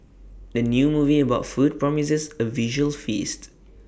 the new movie about food promises A visual feast